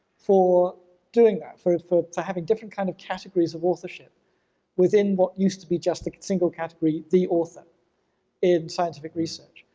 for doing that, for for having different kind of categories of authorship within what used to be just a single category, the author in scientific research.